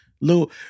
little